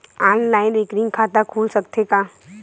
Online recurring खाता खुल सकथे का?